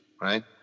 right